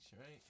right